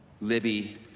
libby